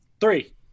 Three